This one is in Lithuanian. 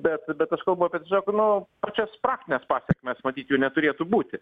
bet bet aš kalbu apie tiesiog nu pačias praktines pasekmes matyt jų neturėtų būti